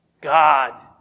God